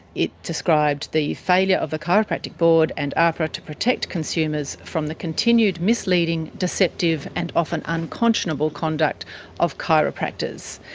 it described the failure of the chiropractic board and ahpra to protect consumers from the continued misleading, deceptive, and often unconscionable conduct of chiropractors.